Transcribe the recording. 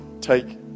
take